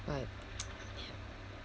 right